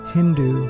Hindu